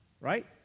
right